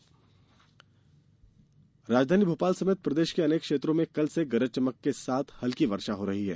मौसम राजधानी भोपाल समेत प्रदेश के अनेक क्षेत्रों में कल से गरज चमक के साथ हल्की वर्षा हो रही है